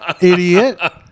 idiot